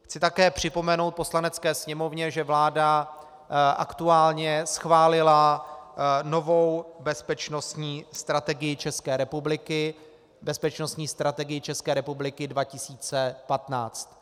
Chci také připomenout Poslanecké sněmovně, že vláda aktuálně schválila novou bezpečnostní strategii České republiky, bezpečnostní strategii České republiky 2015.